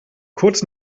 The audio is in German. kurz